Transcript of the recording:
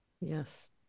Yes